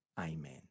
Amen